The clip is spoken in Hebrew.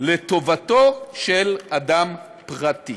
לטובתו של אדם פרטי.